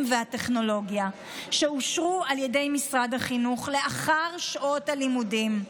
והטכנולוגיה שאושרו על ידי משרד החינוך לאחר שעות הלימודים.